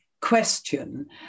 question